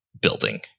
building